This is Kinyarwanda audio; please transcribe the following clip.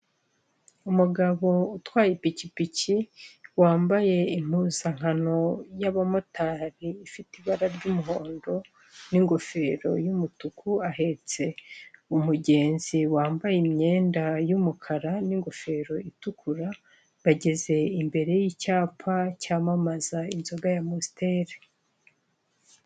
Umugabo utwaye ipikipiki wambaye impuzankano y'abamotari ifite ibara ry'umuhondo n'ingofero y'umutuku, ahetse umugenzi wambaye imyenda y'umukara n'ingofero itukura, bageze imbere y'icyapa cyamamaza inzoga ya mositeri.